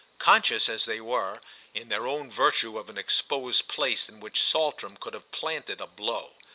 conscious as they were in their own virtue of an exposed place in which saltram could have planted a blow.